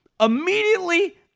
Immediately